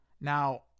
Now